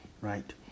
Right